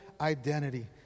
identity